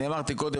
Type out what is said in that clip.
אני אמרתי מקודם,